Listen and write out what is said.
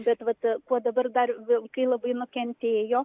bet vat kuo dabar dar vaikai labai nukentėjo